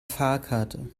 fahrkarte